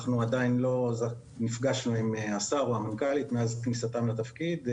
עדיין לא נפגשנו עם השר או המנכ"לית מאז כניסתם לתפקיד.